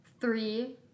Three